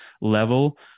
level